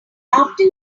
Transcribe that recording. after